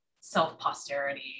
self-posterity